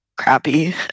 crappy